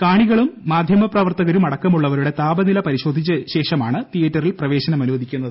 കാണികളും മാധ്യമപ്രി്പ്പർത്ത്കരും അടക്കമുള്ളവരുടെ താപനില പരിശോധിച്ചശേഷമാണ് തീയേറ്ററിൽ പ്രവേശനം അനുവദിക്കുന്നത്